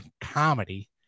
comedy